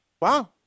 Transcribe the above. Wow